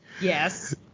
Yes